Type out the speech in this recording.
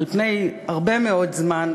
על פני הרבה מאוד זמן,